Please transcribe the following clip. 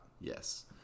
Yes